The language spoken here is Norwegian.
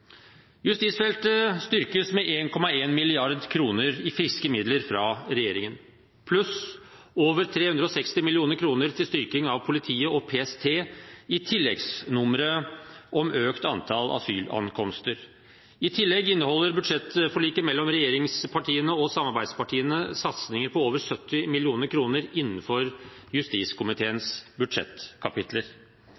Justisfeltet styrkes med 1,1 mrd. kr i friske midler fra regjeringen, pluss over 360 mill. kr til styrking av politiet og PST i tilleggsnummeret om økt antall asylankomster. I tillegg inneholder budsjettforliket mellom regjeringspartiene og samarbeidspartiene satsinger på over 70 mill. kr innenfor justiskomiteens budsjettkapitler.